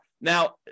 Now